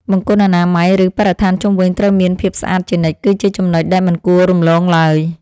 បង្គន់អនាម័យ ឬ បរិស្ថានជុំវិញត្រូវមានភាពស្អាតជានិច្ចគឺជាចំណុចដែលមិនគួររំលងឡើយ។